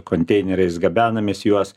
konteineriais gabenamės juos